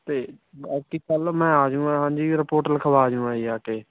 ਅਤੇ ਬਾਕੀ ਕੱਲ ਮੈਂ ਆ ਜੂਗਾਂ ਹਾਂਜੀ ਰਿਪੋਰਟ ਲਿਖਵਾ ਜੂਗਾਂ ਜੀ ਆ ਕੇ